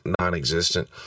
non-existent